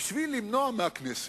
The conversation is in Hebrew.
בשביל למנוע מהכנסת,